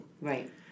right